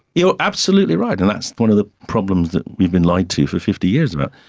you're absolutely right and that's one of the problems that we've been lied to for fifty years about.